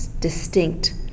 distinct